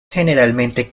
generalmente